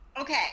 Okay